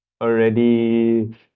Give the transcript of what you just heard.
already